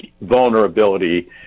vulnerability